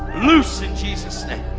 loose in jesus' name.